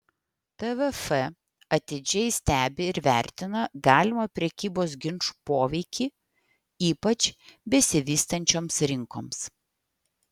tvf atidžiai stebi ir vertina galimą prekybos ginčų poveikį ypač besivystančioms rinkoms